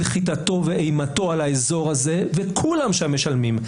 חיתתו ואימתו על האזור הזה וכולם שם משלמים.